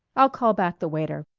i'll call back the waiter.